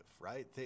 right